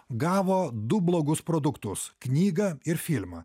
gavo du blogus produktus knygą ir filmą